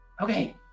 Okay